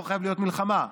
לא חייבת להיות מלחמה,